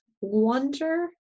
wonder